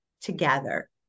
together